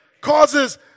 causes